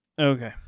okay